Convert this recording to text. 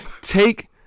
take